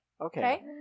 Okay